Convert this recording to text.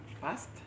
past